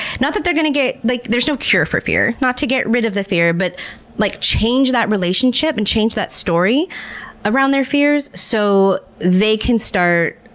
not that they're going to get like there's no cure for fear not to get rid of the fear but like change that relationship and change that story around their fears so they can start,